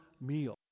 meal